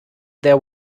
there